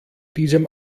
diesem